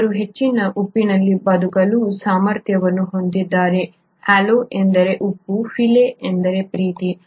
ಅವರು ಹೆಚ್ಚಿನ ಉಪ್ಪಿನಲ್ಲಿ ಬದುಕುವ ಸಾಮರ್ಥ್ಯವನ್ನು ಹೊಂದಿದ್ದಾರೆ ಹಾಲೊ ಎಂದರೆ ಉಪ್ಪು ಫಿಲೆ ಎಂದರೆ ಪ್ರೀತಿ